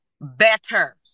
better